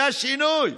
זה השינוי,